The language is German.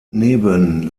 neben